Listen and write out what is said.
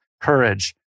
courage